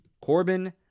Corbin